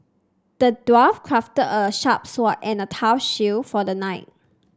the dwarf crafted a sharp sword and a tough shield for the knight